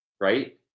Right